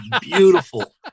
beautiful